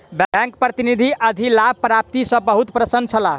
bank प्रतिनिधि अधिलाभ प्राप्ति सॅ बहुत प्रसन्न छला